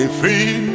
free